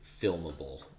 filmable